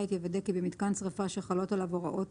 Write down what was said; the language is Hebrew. יוודא כי במיתקן שריפה שחלות עליו הוראות